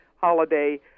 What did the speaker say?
holiday